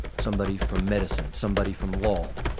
somebody from medicine, somebody from law,